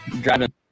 driving